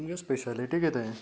तुमगे स्पेशलिटी किदें